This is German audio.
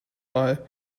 mal